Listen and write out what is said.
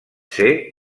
ser